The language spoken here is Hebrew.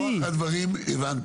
אוקיי, את רוח הדברים הבנתי.